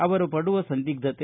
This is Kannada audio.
ಅವರು ಪಡುವ ಸಂದಿಗ್ಧತೆ